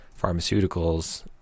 pharmaceuticals